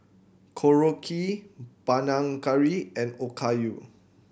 Korokke Panang Curry and Okayu